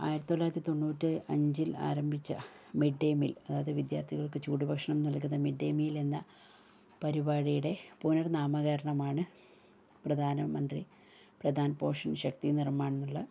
ആയിരത്തി തൊള്ളായിരത്തി തൊണ്ണൂറ്റി അഞ്ചിൽ ആരംഭിച്ച മിഡ് ഡേ മീൽ അതായത് വിദ്യാർത്ഥികൾക്ക് ചൂട് ഭക്ഷണം നൽകുന്ന മിഡ് ഡേ മീൽ എന്ന പരിപാടിയുടെ പുനർ നാമകരണമാണ് പ്രധാനമന്ത്രി പ്രധാൻ പോഷൺ ശക്തി നിർമ്മാൺ എന്നുള്ള